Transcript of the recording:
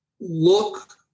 look